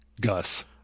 Gus